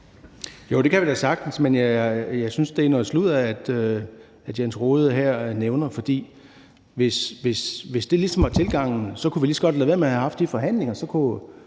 Jo, det kan vi da sagtens, men jeg synes, at det, som Jens Rohde her nævner, er noget sludder, for hvis det ligesom var tilgangen, kunne vi lige så godt have ladet være med at have haft de forhandlinger, og så kunne